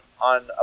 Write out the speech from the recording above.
on